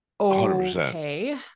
Okay